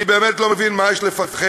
אני באמת לא מבין ממה יש לפחד,